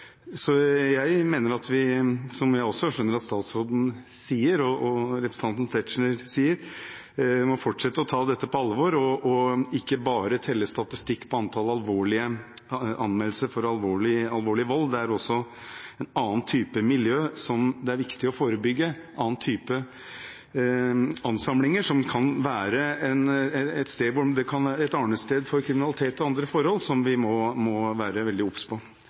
så jeg mener at vi – som jeg også hører at statsråden og representanten Tetzschner sier – må fortsette å ta dette på alvor og ikke bare se på statistikken når det gjelder antall anmeldelser for alvorlig vold. Det er også en annen type miljø som det er viktig å forebygge, en annen type ansamlinger som kan være et arnested for kriminalitet og andre forhold, som vi må være veldig obs på.